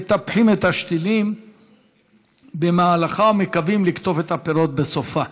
מטפחים את השתילים במהלכה ומקווים לקטוף את הפירות בסופה.